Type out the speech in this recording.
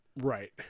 Right